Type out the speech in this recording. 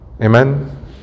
Amen